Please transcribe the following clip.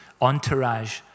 entourage